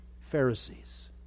Pharisees